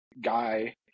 guy